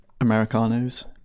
Americanos